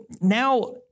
now